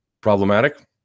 problematic